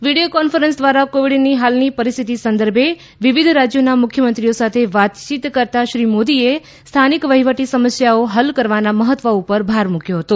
video conference દ્વારા કોવિડની હાલની પરિસ્થિતિ સંદર્ભે વિવિધ રાજ્યોના મુખ્યમંત્રીઓ સાથે વાતચીત કરતાં શ્રી મોદીએ સ્થાનિક વહીવટી સમસ્યાઓ હલ કરવાના મહત્વ પર ભાર મૂક્યો હતો